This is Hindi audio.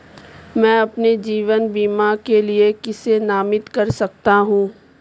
मैं अपने जीवन बीमा के लिए किसे नामित कर सकता हूं?